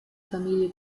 familie